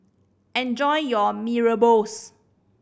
enjoy your Mee Rebus